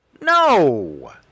No